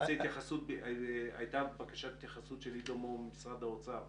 התייחסות של עידו מור ממשרד האוצר